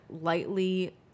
lightly